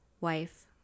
wife